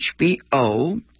HBO